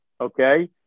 okay